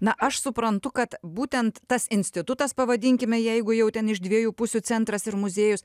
na aš suprantu kad būtent tas institutas pavadinkime jeigu jau ten iš dviejų pusių centras ir muziejus